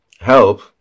help